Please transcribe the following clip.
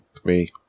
three